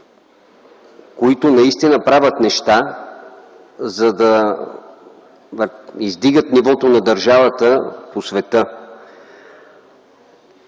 които наистина правят неща, за да издигат нивото на държавата по света.